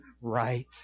right